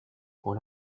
pour